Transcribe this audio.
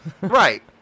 Right